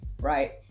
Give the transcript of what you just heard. right